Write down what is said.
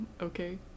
okay